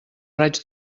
raig